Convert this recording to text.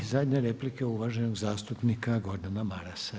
I zadnja replika uvaženog zastupnika Gordana Marasa.